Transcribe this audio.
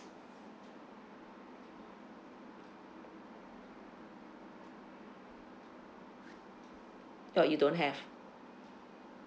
oh you don't have